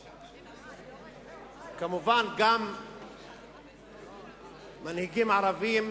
כמובן, גם מנהיגים ערבים